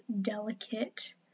delicate